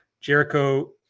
Jericho